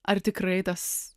ar tikrai tas